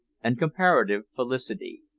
and comparative felicity.